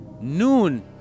Noon